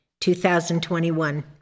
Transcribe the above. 2021